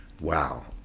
wow